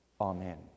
Amen